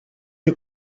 you